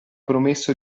promesso